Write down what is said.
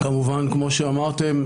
כמו שאמרתם,